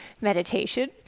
meditation